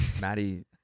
Maddie